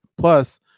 Plus